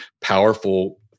powerful